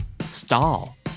Stall